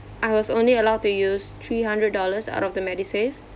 I was only allowed to use three hundred dollars out of the medisave